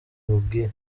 bimubwiye